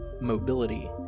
mobility